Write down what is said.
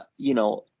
you know,